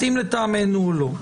מתאים לטעמנו או לא.